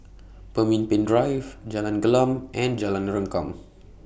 Pemimpin Drive Jalan Gelam and Jalan Rengkam